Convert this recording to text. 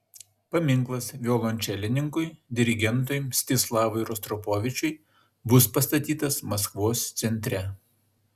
paminklas violončelininkui dirigentui mstislavui rostropovičiui bus pastatytas maskvos centre